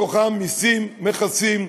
ובתוכם מסים, מכסים,